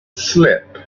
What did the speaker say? slip